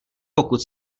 pokud